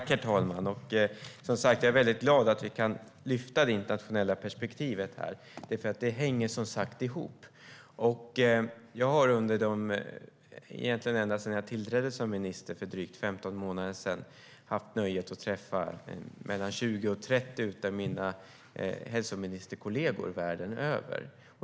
Herr talman! Jag är glad att vi kan lyfta fram det internationella perspektivet, därför att det här hänger som sagt ihop. Jag har ända sedan jag tillträdde som minister för drygt 15 månader sedan haft nöjet att träffa mellan 20 och 30 av mina hälsoministerkollegor världen över.